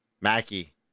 Mackie